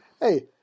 Hey